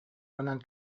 гынан